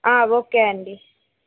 okay అండీ